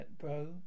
Bro